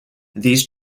these